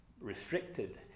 restricted